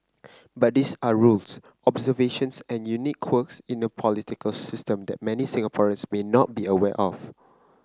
but these are rules observations and unique quirks in a political system that many Singaporeans may not be aware of